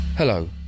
Hello